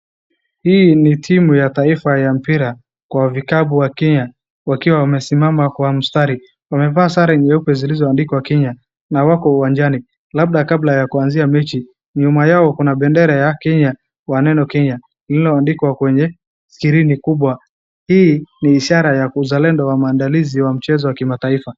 Hii ni timu ya taifa ya mpira kwa vikapu wa Kenya, wakiwa wamesimama kwa mstari. Wamevaa sare nyeupe zilizooandikwa Kenya, na wako uwanjani, labda kabla ya kuanzia mechi, nyuma yao kuna bendera ya Kenya kwa neno Kenya lililoandikwa kwenye skrini kubwa. Hii ni ishara ya uzalendo wa maandalizi wa mchezo wa kimataifa.